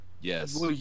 Yes